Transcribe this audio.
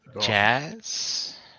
Jazz